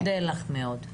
אודה לך מאוד.